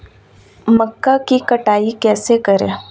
मक्का की कटाई कैसे करें?